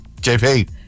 JP